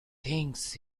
things